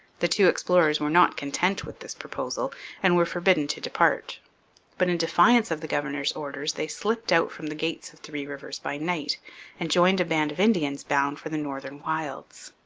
the two explorers were not content with this proposal and were forbidden to depart but in defiance of the governor's orders they slipped out from the gates of three rivers by night and joined a band of indians bound for the northern wilds.